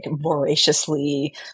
voraciously